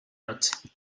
noche